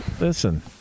Listen